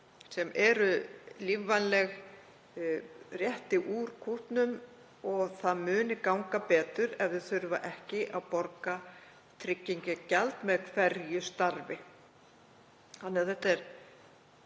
fyrirtæki rétti úr kútnum og það muni ganga betur ef þau þurfa ekki að borga tryggingagjald með hverju starfi.